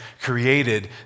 created